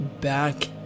back